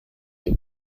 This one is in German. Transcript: hier